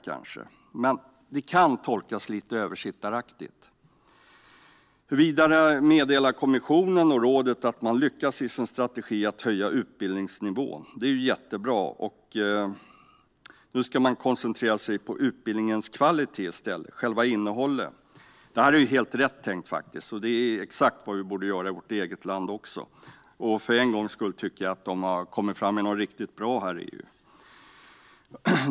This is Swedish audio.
Men det kan tolkas som lite översittaraktigt. Vidare meddelar kommissionen och rådet att man har lyckats i sin strategi att höja utbildningsnivån. Det är jättebra. Nu ska man koncentrera sig på utbildningens kvalitet i stället - själva innehållet. Detta är helt rätt tänkt, och det är exakt vad vi borde göra även i vårt eget land. För en gångs skull tycker jag att man inom EU har kommit fram med något riktigt bra.